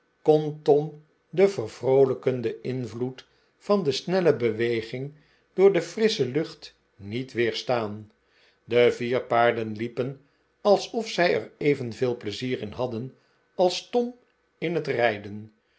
kon tom den vervroolijkenden invloed van de snelle beweging door de frissche lucht niet weerstaan de vier paarden liepen alsof zij er evenveel pleizier in hadden als tom in het rijden